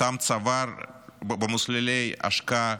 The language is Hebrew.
שצבר במסלולי השקעה